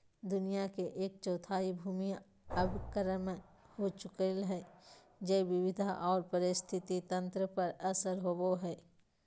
दुनिया के एक चौथाई भूमि अवक्रमण हो चुकल हई, जैव विविधता आर पारिस्थितिक तंत्र पर असर होवई हई